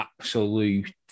absolute